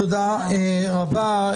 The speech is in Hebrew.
תודה רבה.